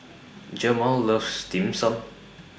Jemal loves Dim Sum